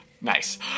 Nice